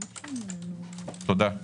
תודה.